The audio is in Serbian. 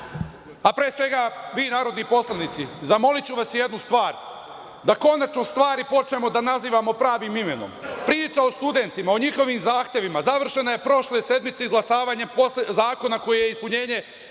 a pre svega vi narodni poslanici, zamoliću vas jednu stvar – da konačno stvari počnemo da nazivamo pravim imenom. Priča o studentima, o njihovim zahtevima završena je prošle sedmice izglasavanjem zakona koji je ispunjenje